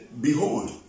Behold